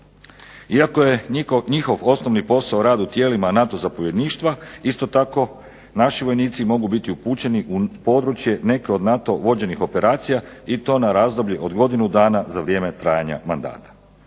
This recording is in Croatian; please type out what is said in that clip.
Iako je njihov osnovni posao rad u tijelima NATO zapovjedništva isto tako naši vojnici mogu biti upućeni u područje neke od NATO vođenih operacija i to na razdoblje od godinu dana za vrijeme trajanja mandata.